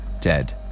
dead